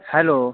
hello